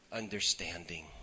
understanding